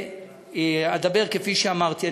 כפי שאמרתי,